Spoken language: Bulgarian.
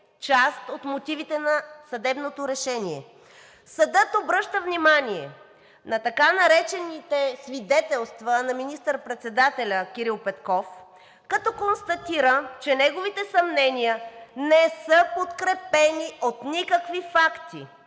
част от мотивите на съдебното решение. Съдът обръща внимание на така наречените свидетелства на министър-председателя Кирил Петков, като констатира, че неговите съмнения не са подкрепени от никакви факти.